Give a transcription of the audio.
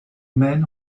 men